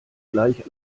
gleich